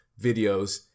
videos